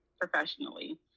professionally